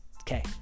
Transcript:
Okay